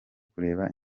kureba